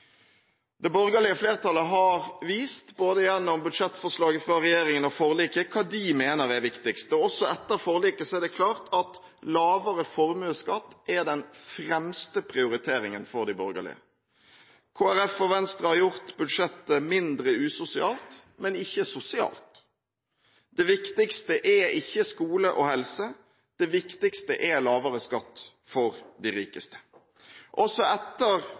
Det borgerlige flertallet har vist gjennom både budsjettforslaget fra regjeringen og forliket hva de mener er viktigst. Også etter forliket er det klart at lavere formuesskatt er den fremste prioriteringen for de borgerlige. Kristelig Folkeparti og Venstre har gjort budsjettet mindre usosialt, men ikke sosialt. Det viktigste er ikke skole og helse, det viktigste er lavere skatt for de rikeste. Også etter